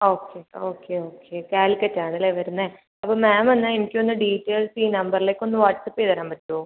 okay okay okay Calicut ആണല്ലേ വരുന്നത് അപ്പം മാം എന്നാൽ എനിക്ക് ഒന്ന് ഡീറ്റെയിൽസ് ഈ നമ്പറിലേക്ക് ഒന്ന് വാട്ട്സ്ആപ്പ് ചെയ്ത് തരാൻ പറ്റുമോ